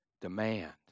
demand